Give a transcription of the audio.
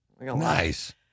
Nice